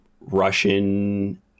Russian